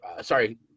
sorry